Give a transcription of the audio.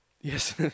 Yes